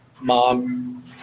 mom